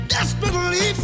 Desperately